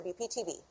WPTV